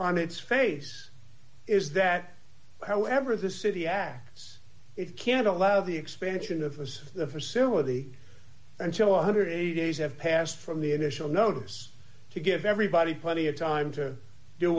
on its face is that however the city acts it can't allow the expansion of the facility until one hundred and eighty days have passed from the initial notice to give everybody plenty of time to do